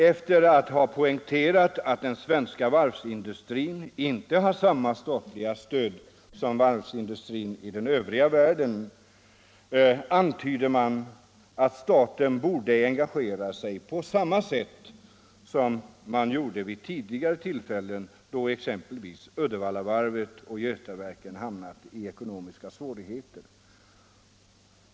Efter att ha poängterat att den svenska varvsindustrin inte har samma statliga stöd som i den övriga världen antyder man, att staten borde engagera sig på samma sätt som tidigare gjorts vid de tillfällen då Uddevallavarvet och Götaverken hamnat i ekonomiska svårigheter.